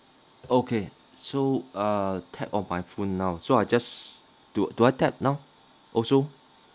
okay so uh tap on my phone now so I just do do I tap now also